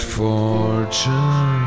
fortune